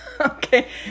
Okay